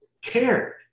cared